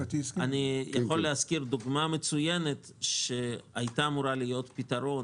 אני יכול להזכיר דוגמה מצוינת שהייתה אמורה להיות פתרון